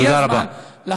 תודה רבה.